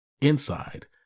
inside